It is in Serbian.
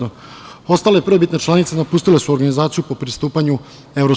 Ostale prvobitne članice napustile su organizaciju po pristupanju EU.